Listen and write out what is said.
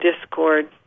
discord